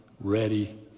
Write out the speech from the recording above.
ready